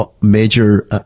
major